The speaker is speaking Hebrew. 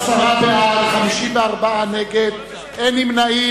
עשרה בעד, 54 נגד, אין נמנעים.